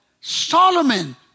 Solomon